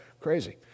Crazy